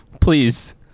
please